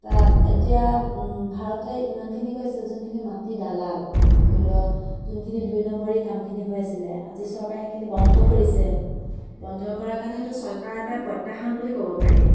তাত এতিয়া ভাৰতে ইমানখিনি কৰিছে যোনখিনি মাটিৰ দালাল ধৰি লওক যোনখিনি দুই নম্বৰী কামখিনি হৈ আছিলে আজি চৰকাৰে সেইখিনি বন্ধ কৰিছে বন্ধ কৰাৰ কাৰণে সেইটো চৰকাৰৰ এটা প্ৰত্যাহ্বান বুলি ক'ব পাৰি